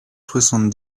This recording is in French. soixante